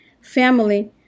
Family